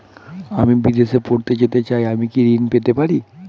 আমি বিদেশে পড়তে যেতে চাই আমি কি ঋণ পেতে পারি?